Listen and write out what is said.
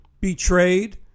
betrayed